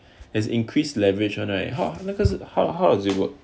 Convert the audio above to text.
has increase leverage [one] right how how does it work